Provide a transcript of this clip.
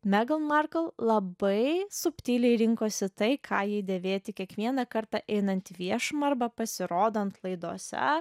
megan markl labai subtiliai rinkosi tai ką jai dėvėti kiekvieną kartą einant į viešumą arba pasirodant laidose